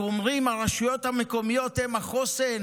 אנחנו אומרים: הרשויות המקומיות הן החוסן